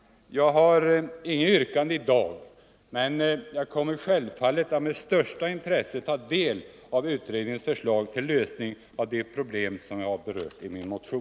Jag har inget yrkande i dag men kommer självfallet att med största intresse ta del av utredningens förslag till lösning av de problem som jag berört i min motion.